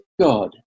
God